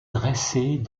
dressées